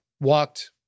walked